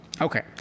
Okay